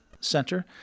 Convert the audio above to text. Center